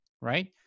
right